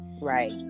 Right